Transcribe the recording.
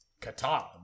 qatar